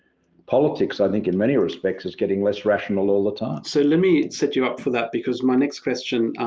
politics, i think, in many respects is getting less rational all the time. so let me set you up for that because my next question,